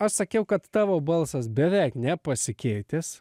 aš sakiau kad tavo balsas beveik nepasikeitęs